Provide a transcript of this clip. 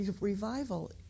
revival